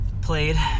played